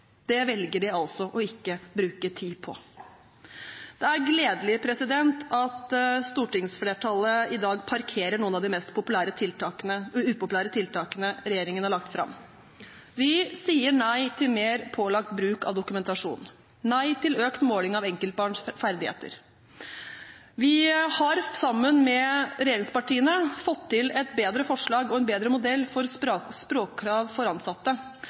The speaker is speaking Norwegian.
Det velger de altså ikke å bruke tid på. Det er gledelig at stortingsflertallet i dag parkerer noen av de mest upopulære tiltakene regjeringen har lagt fram. Vi sier nei til mer pålagt bruk av dokumentasjon, nei til økt måling av enkeltbarns ferdigheter. Vi har sammen med regjeringspartiene fått til et bedre forslag og en bedre modell for språkkrav for ansatte,